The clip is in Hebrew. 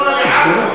למה צריכים לנסוע לעכו?